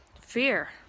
fear